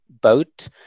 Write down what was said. boat